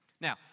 Now